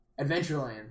Adventureland